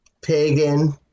Pagan